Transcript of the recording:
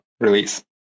release